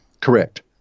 Correct